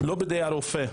לא בידי הרופא.